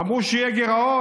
אמרו שיהיה גירעון,